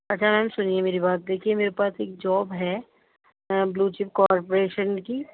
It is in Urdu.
اچھا میم سُنیے میری بات دیکھیے میرے پاس ایک جاب ہے آ بلو چیف کارپوریشن کی